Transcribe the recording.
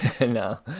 no